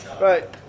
Right